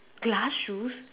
glass shoes